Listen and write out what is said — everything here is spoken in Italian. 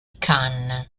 khan